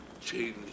change